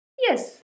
Yes